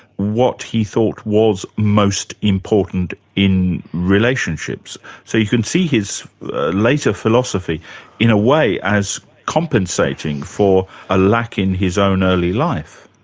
what he thought was most important in relationships. so you can see his later philosophy in a way as compensating for a lack in his own early life.